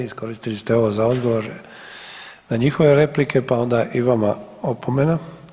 Iskoristili ste ovo za odgovor na njihove replike, pa onda i vama opomena.